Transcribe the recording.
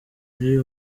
ari